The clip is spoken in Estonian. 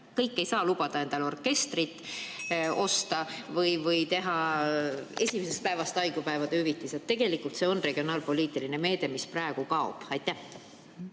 kõik ei saa lubada endale orkestrit või maksta esimesest päevast haiguspäevade hüvitist. Tegelikult see on regionaalpoliitiline meede, mis praegu kaob. Selle